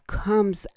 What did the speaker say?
comes